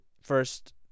first